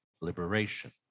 liberation